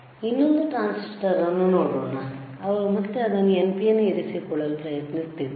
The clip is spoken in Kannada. ಇನ್ನೊಂದು ಟ್ರಾನ್ಸಿಸ್ಟರ್ ಅನ್ನು ನೋಡೋಣ ಆದ್ದರಿಂದ ಅವರು ಮತ್ತೆ ಅದನ್ನು NPN ಇರಿಸಿಕೊಳ್ಳಲು ಪ್ರಯತ್ನಿಸುತ್ತಿದ್ದಾರೆ